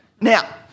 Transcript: Now